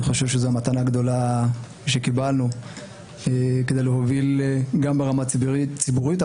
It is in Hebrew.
אני חושב שזו מתנה גדולה שקיבלנו כדי להוביל גם ברמה הציבורית,